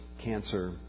cancer